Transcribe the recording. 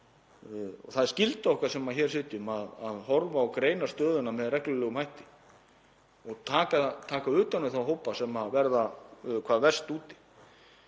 Það er skylda okkar sem hér sitjum að horfa á og greina stöðuna með reglulegum hætti og taka utan um þá hópa sem verða hvað verst úti.